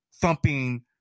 thumping